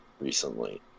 recently